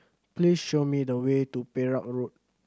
please show me the way to Perak Road